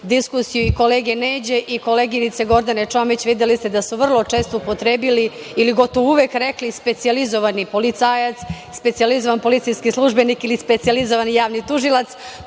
diskusiju i kolege Neđe i koleginice Gordane Čomić, videli ste da su vrlo često upotrebili ili gotovo uvek rekli „specijalizovani policajac“, „specijalizovan policijski službenik“ ili „specijalizovani javni tužilac“.